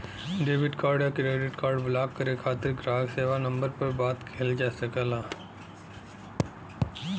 debit card या credit card block करे खातिर ग्राहक सेवा नंबर पर बात किहल जा सकला